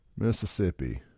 Mississippi